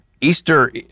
Easter